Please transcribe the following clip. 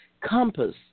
compass